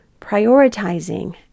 prioritizing